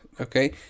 okay